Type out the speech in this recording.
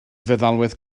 feddalwedd